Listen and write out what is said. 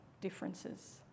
differences